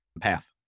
path